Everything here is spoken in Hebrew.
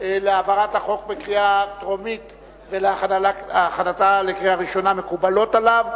להעברת החוק בקריאה טרומית והכנתה לקריאה ראשונה מקובלות עליו,